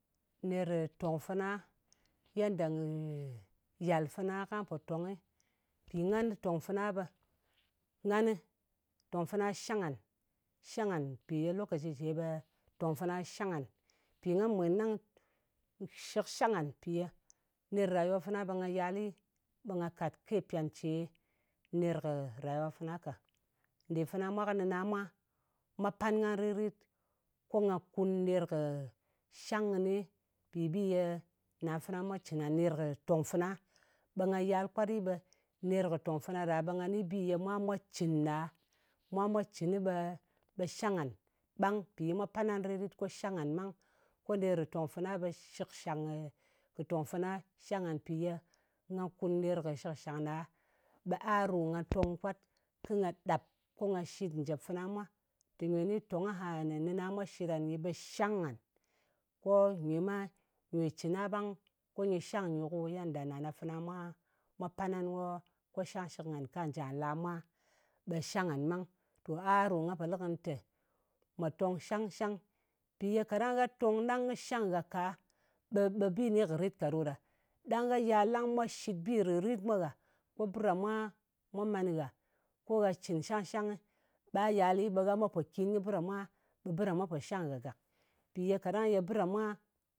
Neri tong fana, yadda, yal fana kwa po tongnɨ, mpi ngan, tong fana ɓe, nganɨ, tòng fana shang ngan. Shang ngan, mpì lokaci ce ɓe tong fana shang ngan. Mpì nga mwen ɗang, shɨkshang ngan, mpì ye neri rayuwa fana ɓe nga yali, ɓe nga kat kepyan ce ner kɨ rayuwa fana ka. Nde fana mwa, kɨ nɨna, mwa pan ngan rit-rit. Ko nga kun ner kɨ shang kɨni. Mpi bi ye na fana mwa cɨn ngan ner kɨ tong fana, ɓe nga yal kwatɗi, ɓe ner kɨ tong fana ɗa ɓe nga ni bi ye mwa, mwa cɨn ɗa, mwa mwa cɨnɨ, ɓe shang ngan ɓang. Mpì ye mwa pan ngan rit-rit, ko shang ngan ɓang. Ko ner kɨ tong fana ɓe shɨkshang kɨ tong fana shang ngan, mpi ye nga kun ner kɨ shɨkshang ɗa, ɓe a ɗa nga tong kwat. Ko nga ɗap, ko nga shɨt njèp fana mwa, te nywe ni tong aha ne nɨna mwa shɨt ngan nyi ɓe shang, ko nywe ma, nywe cɨn a ɓang ko nyɨ shang nywe ko yedda nana fana mwa panna, ko shang shɨk ngan kwà njà la mwa, ɓe shang ngan ɓang. To a ɗo nga po lɨ kɨnɨ tè mwa tong shang-shang. Mpi ye kaɗang gha tong ɗang kɨ shang gha ka, ɓe bi kɨni kɨ rit ka ɗo ɗa. Ɗang a yal ɗang mwa shɨt bi rìt-rit mwa gha, ko bɨ ɗa mwa, mwa man gha, ko gha cɨn shang-shangngɨ, ɓa yali, ɓe gha me pokin kɨ bɨ ɗa mwa, ɓe bɨ ɗa mwa pò shang nghà gak. Mpì ye kaɗang ye bɨ ɗa mwa